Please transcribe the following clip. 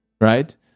right